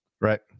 Right